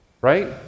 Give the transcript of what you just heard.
right